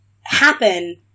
happen –